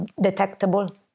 detectable